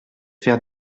faire